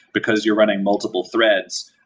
because you're running multiple threads.